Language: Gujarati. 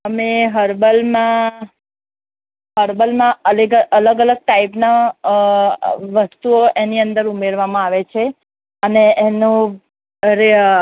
અમે હર્બલમાં હર્બલમાં અલેગા અલગ અલગ ટાઈપનાં વસ્તુઓ એની અંદર ઉમેરવામાં આવે છે અને એનો અરે